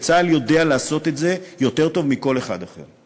וצה"ל יודע לעשות את זה יותר טוב מכל אחד אחר.